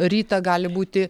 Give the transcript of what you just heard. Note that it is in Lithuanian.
rytą gali būti